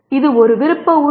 இது ஒரு விருப்ப உறுப்பு